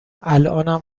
الانم